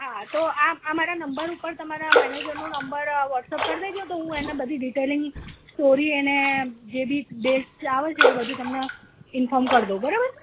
હા તો આ મા મારા નંબર પર તમારા મેનેજરનો નંબર વ્હોટસપ કરી દેજો તો હું એને બધી ડિટેલિંગ સ્ટોરી એને જે બી ડેટ આવે છે એ બધું તમને ઇન્ફોર્મ કરી દઉં બરાબર